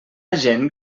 gent